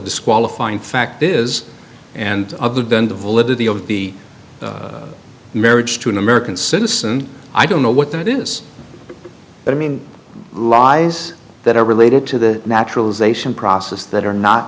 disqualifying fact is and other than the validity of the marriage to an american citizen i don't know what that is but i mean lies that are related to the naturalization process that are not